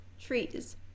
trees